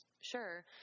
Sure